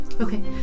Okay